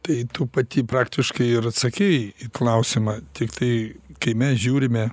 tai tu pati praktiškai ir atsakei į klausimą tiktai kai mes žiūrime